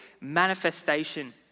manifestation